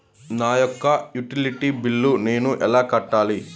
నా యొక్క utility bill నేను ఎలా కట్టాలి?